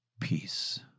peace